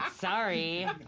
Sorry